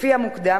לפי המוקדם,